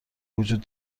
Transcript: وجود